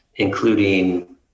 including